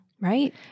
right